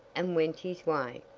and went his way,